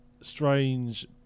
strange